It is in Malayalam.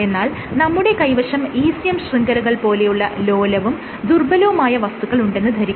എന്നാൽ നമ്മുടെ കൈവശം ECM ശൃംഖലകൾ പോലെയുള്ള ലോലവും ദുർബലവുമായ വസ്തുക്കൾ ഉണ്ടെന്ന് ധരിക്കുക